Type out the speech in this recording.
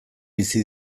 bizi